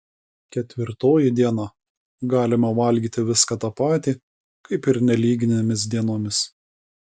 ketvirtoji diena galima valgyti viską tą patį kaip ir nelyginėmis dienomis